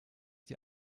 die